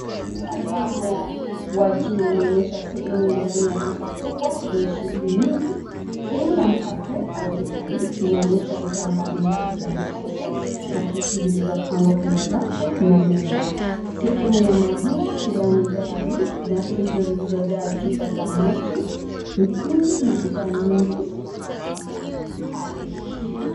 Mtazamo wa juu unaonyesha sehemu ya ndani ya duka kubwa lenye shughuli nyingi. Sehemu ya mkate au bakery inaonyesha bidhaa mbali mbali za mkate na keki zilizopangwa kwenye rafu na meza. Sehemu ya maziwa yaani dairy ina friji zilizojaa chupa za maji, mtindi na bidhaa nyingi pale.